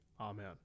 Amen